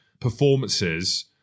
performances